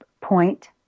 point